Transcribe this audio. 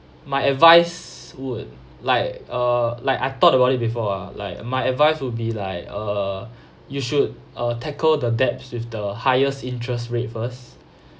my advice would like uh like I thought about it before ah like my advice would be like err you should uh tackle the debts with the highest interest rate first